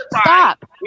stop